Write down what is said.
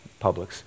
Publix